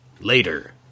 later